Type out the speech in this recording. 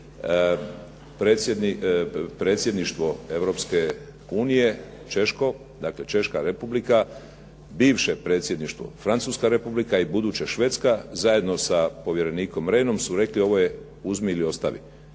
Predsjedništvo Europske unije Češko, dakle Češka Republika, bivše predsjedništvo Francuska Republika i buduće Švedska, zajedno sa povjerenikom Rehnom su rekli ovo je uzmi ili ostavi.